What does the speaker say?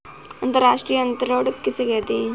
अंतर्राष्ट्रीय अंतरण किसे कहते हैं?